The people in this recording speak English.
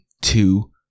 two